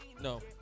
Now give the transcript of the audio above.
No